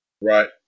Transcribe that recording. Right